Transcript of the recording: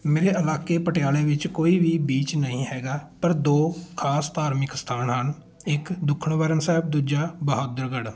ਮੇਰੇ ਇਲਾਕੇ ਵਿਚ ਪਟਿਆਲੇ ਵਿੱਚ ਕੋਈ ਵੀ ਬੀਚ ਨਹੀਂ ਹੈਗਾ ਪਰ ਦੋ ਖ਼ਾਸ ਧਾਰਮਿਕ ਸਥਾਨ ਹਨ ਇੱਕ ਦੂਖਨਿਵਾਰਨ ਸਾਹਿਬ ਦੂਜਾ ਬਹਾਦਰਗੜ੍ਹ